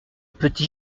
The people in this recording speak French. petit